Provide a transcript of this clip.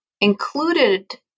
included